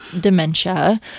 dementia